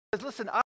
listen